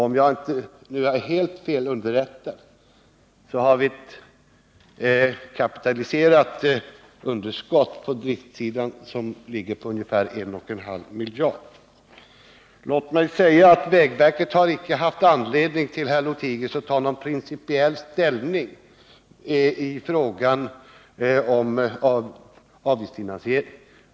Om jag inte är helt felaktigt underrättad har vi ett balanserat underskott på driftsidan på ungefär 1,5 miljarder. Låt mig sedan till herr Lothigius säga att vägverket inte haft anledning att ta någon principiell ställning till frågan om avgiftsfinansiering.